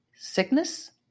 sickness